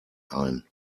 ein